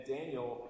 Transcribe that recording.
Daniel